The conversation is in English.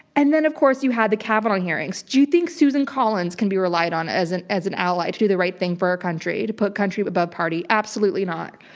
and then, of course, you had the kavanaugh hearings. do you think susan collins can be relied on as an as an ally to do the right thing for our country? to put country above party? absolutely not.